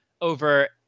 over